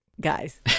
guys